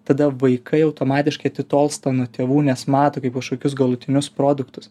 tada vaikai automatiškai atitolsta nuo tėvų nes mato kaip kažkokius galutinius produktus